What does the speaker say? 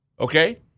okay